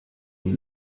die